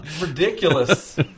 ridiculous